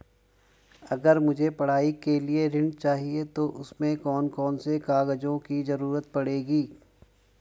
अगर मुझे पढ़ाई के लिए ऋण चाहिए तो उसमें कौन कौन से कागजों की जरूरत पड़ेगी?